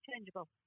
changeable